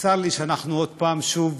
צר לי שאנחנו עוד פעם, שוב